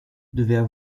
devaient